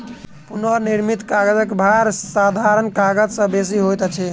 पुनःनिर्मित कागजक भार साधारण कागज से बेसी होइत अछि